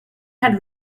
had